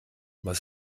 was